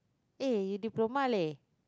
eh you diploma leh